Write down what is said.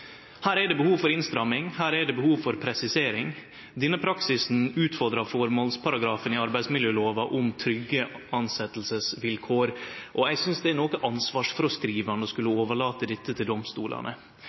Her er det behov for innstramming, og her er det behov for presisering. Denne praksisen utfordrar formålsparagrafen i arbeidsmiljølova om trygge tilsetjingsvilkår, og eg synest det er noko ansvarsfråskrivande å skulle